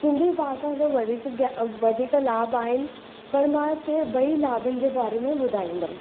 सिंधी भाषा जो वधीक ज्ञा वधीक लाभ आहिनि पर मां हिते ॿई लाभनि जे बारे में ॿुधाईंदमि